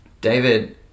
David